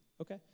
Okay